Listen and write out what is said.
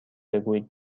بگویید